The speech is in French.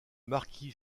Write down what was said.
marquis